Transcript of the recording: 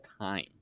time